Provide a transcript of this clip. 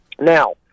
Now